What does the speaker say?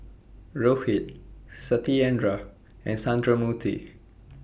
Rohit Satyendra and Sundramoorthy